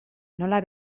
nola